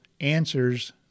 answers